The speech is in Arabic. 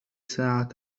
ساعة